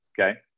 Okay